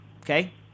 Okay